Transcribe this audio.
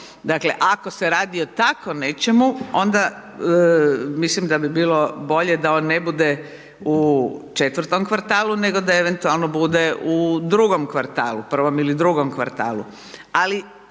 Dakle, ako se radi o tako nečemu, onda mislim da bi bilo da on ne bude u 4 kvartalu, nego da eventualno bude u 2 kvartalu, 1 ili 2 kvartalu.